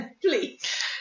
Please